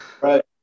Right